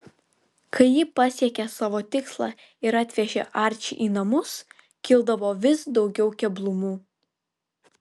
kai ji pasiekė savo tikslą ir atvežė arčį į namus kildavo vis daugiau keblumų